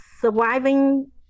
surviving